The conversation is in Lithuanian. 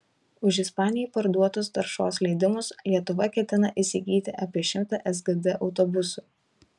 už ispanijai parduotus taršos leidimus lietuva ketina įsigyti apie šimtą sgd autobusų